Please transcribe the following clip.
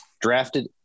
Drafted